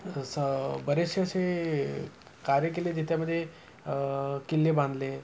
असं बरेचसे असे कार्य केले ज्याच्यामध्ये किल्ले बांधले